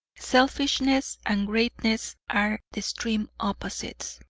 selfishness and greatness are the extreme opposites.